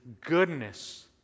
goodness